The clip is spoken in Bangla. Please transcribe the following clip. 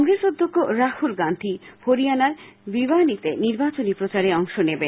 কংগ্রেস অধ্যক্ষ রাহুল গান্ধী হরিয়ানার ভিবানিতে নির্বাচনী প্রচারে অংশ নেবেন